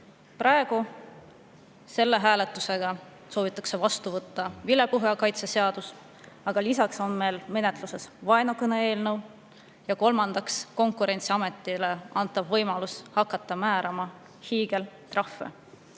Praegu, selle hääletusega soovitakse vastu võtta vilepuhuja kaitse seadus, aga lisaks on meil menetluses vaenukõne eelnõu ja kolmandaks on Konkurentsiametile antav võimalus hakata määrama hiigeltrahve. Kui